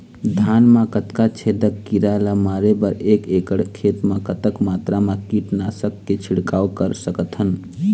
धान मा कतना छेदक कीरा ला मारे बर एक एकड़ खेत मा कतक मात्रा मा कीट नासक के छिड़काव कर सकथन?